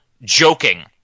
joking